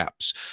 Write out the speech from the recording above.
apps